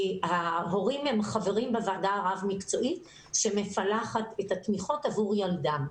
ההורים חברים בוועדה הרב-מקצועית שמפלחת את התמיכות עבור ילדם.